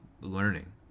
learning